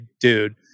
dude